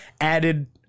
added